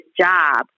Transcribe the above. job